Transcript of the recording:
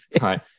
right